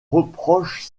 reproche